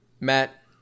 Matt